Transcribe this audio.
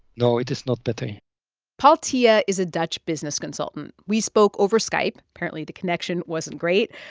no, it is not better paul tjia is a dutch business consultant. we spoke over skype. apparently, the connection wasn't great.